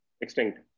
Extinct